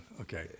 Okay